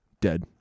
Dead